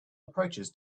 approaches